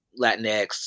Latinx